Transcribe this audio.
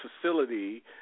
facility